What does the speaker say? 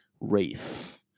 Wraith